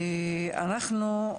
תודה רבה.